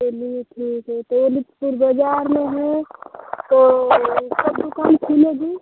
चलिए ठीक है तो वलीदपुर बजार में है तो कब दुकान खुलेगी